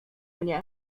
mnie